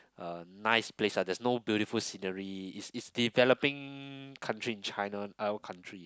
uh nice place ah there's no beautiful scenery is is developing country in China country